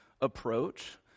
approach